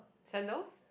sandals